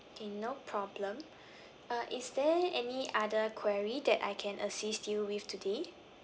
okay no problem uh is there any other query that I can assist you with today